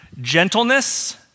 Gentleness